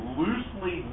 loosely